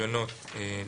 לרישיונות.